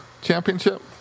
championship